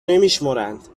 نمیشمرند